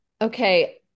Okay